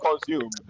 consumed